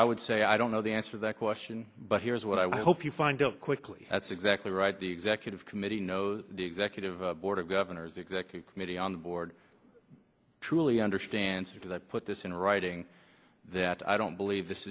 i would say i don't know the answer that question but here's what i would hope you find of quickly that's exactly right the executive committee knows the executive board of governors the executive committee on the board truly understands that i put this in writing that i don't believe this